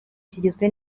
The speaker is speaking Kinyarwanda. kigizwe